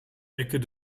ecken